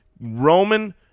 Roman